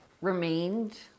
remained